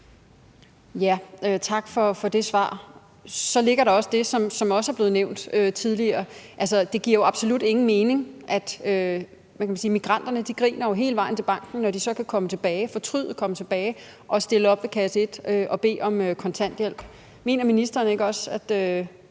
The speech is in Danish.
Tak for det svar. Så ligger der det, som også er blevet nævnt tidligere, nemlig at det jo absolut ingen mening giver. Migranterne griner jo hele vejen til banken, når de så kan fortryde og komme tilbage og stille op ved kasse et og bede om kontanthjælp. Mener ministeren ikke også, at